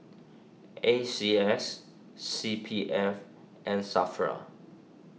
A C S C P F and Safra